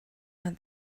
out